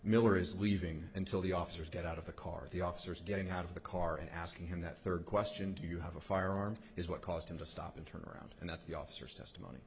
miller is leaving until the officers get out of the car the officers getting out of the car and asking him that third question do you have a firearm is what caused him to stop and turn around and that's the officers testimony